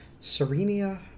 Serenia